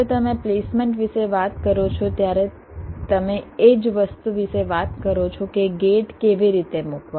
જ્યારે તમે પ્લેસમેન્ટ વિશે વાત કરો છો ત્યારે તમે એ જ વસ્તુ વિશે વાત કરો છો કે ગેટ કેવી રીતે મૂકવા